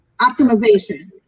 Optimization